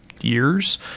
years